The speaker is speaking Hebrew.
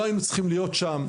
לא היינו צריכים להיות שם,